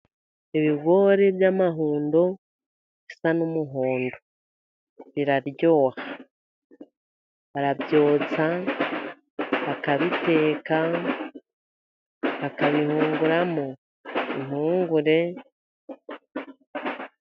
Ibigori by'amahundo bisa n'umuhondo biraryoha. Barabyotsa, bakabiteka, bakabihunguramo impungure.